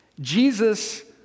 Jesus